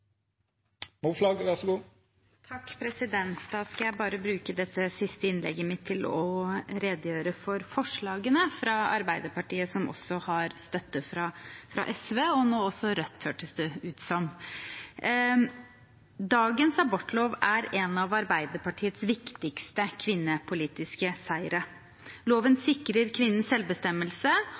Jeg skal bruke det siste innlegget mitt til å redegjøre for forslagene fra Arbeiderpartiet, som har støtte fra SV, og nå også Rødt, hørtes det ut som. Dagens abortlov er en av Arbeiderpartiets viktigste kvinnepolitiske seiere. Loven sikrer kvinnen selvbestemmelse,